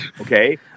Okay